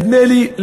נדמה לי,